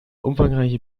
umfangreiche